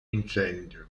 incendio